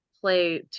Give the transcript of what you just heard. play